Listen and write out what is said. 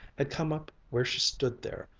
had come up where she stood there,